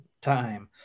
time